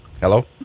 Hello